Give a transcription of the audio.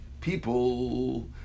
people